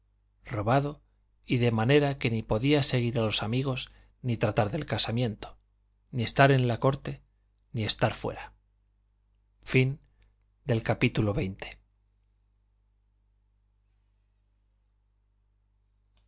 robado y de manera que ni podía seguir a los amigos ni tratar del casamiento ni estar en la corte ni estar fuera libro tercero capítulo